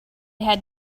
had